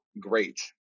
great